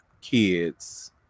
kids